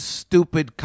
stupid